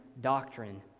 doctrine